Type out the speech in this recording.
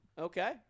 Okay